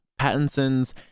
Pattinson's